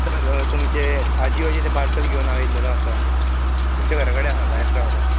sir तुमचे आजीऑचे ते पार्सल घेवन हांव येल्लेलो आसा तुमच्या घरा कडेन आसा भायर रावला